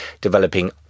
developing